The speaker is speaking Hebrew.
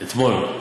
אתמול.